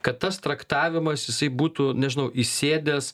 kad tas traktavimas jisai būtų nežinau įsėdęs